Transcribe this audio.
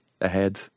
ahead